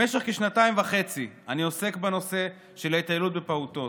במשך כשנתיים וחצי אני עוסק בנושא של ההתעללות בפעוטות,